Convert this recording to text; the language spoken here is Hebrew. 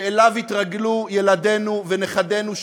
שאליו יתרגלו ילדינו ונכדינו,